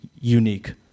unique